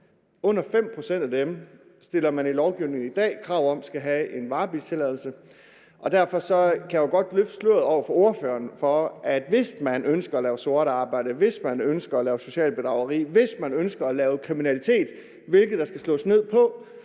Under 5 pct. af dem stiller man i lovgivningen i dag krav om skal have en varebilstilladelse. Derfor kan jeg godt over for spørgeren løfte sløret for, at hvis man ønsker at lave sort arbejde, at hvis man ønsker at lave socialt bedrageri, og at hvis man ønsker at lave kriminalitet, hvilket der skal slås ned på,